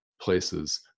places